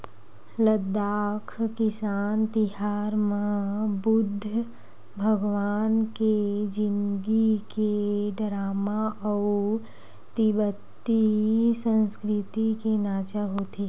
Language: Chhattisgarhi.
लद्दाख किसान तिहार म बुद्ध भगवान के जिनगी के डरामा अउ तिब्बती संस्कृति के नाचा होथे